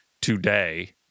today